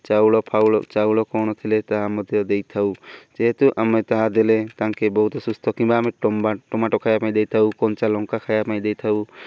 ଚାଉଳ ଫାଉଳ ଚାଉଳ କ'ଣ ଥିଲେ ତାହା ମଧ୍ୟ ଦେଇଥାଉ ଯେହେତୁ ଆମେ ତାହା ଦେଲେ ତାଙ୍କେ ବହୁତ ସୁସ୍ଥ କିମ୍ବା ଆମେ ଟମା ଟମାଟୋ ଖାଇବା ପାଇଁ ଦେଇଥାଉ କଞ୍ଚା ଲଙ୍କା ଖାଇବା ପାଇଁ ଦେଇଥାଉ